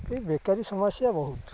ଏଇ ବେକାରି ସମସ୍ୟା ବହୁତ